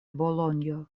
bolonjo